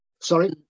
sorry